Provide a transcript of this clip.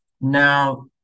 now